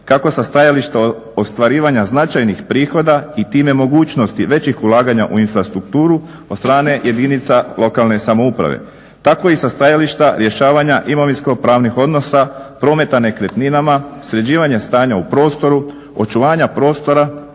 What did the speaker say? kako sa stajališta ostvarivanja značajnih prihoda i time mogućnosti većih ulaganja u infrastrukturu od strane jedinica lokalne samouprave, tako i sa stajališta rješavanja imovinsko-pravnih odnosa, prometa nekretninama, sređivanja stanja u prostoru, očuvanja prostora,